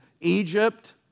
Egypt